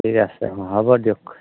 ঠিক আছে অঁ হ'ব দিয়ক